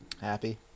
Happy